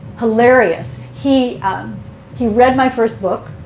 hilarious. he um he read my first book,